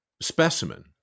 specimen